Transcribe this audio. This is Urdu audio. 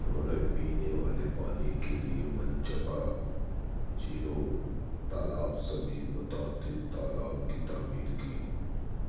انہوں نے پینے والے پانی کے لیے منچپا چیرو تالاب سمیت متعدد تالاب کی تعمیر کی